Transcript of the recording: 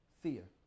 Fear